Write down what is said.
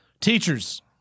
Teachers